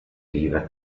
riva